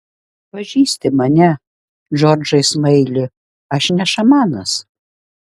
pažįsti mane džordžai smaili aš ne šamanas